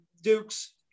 Dukes